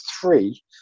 three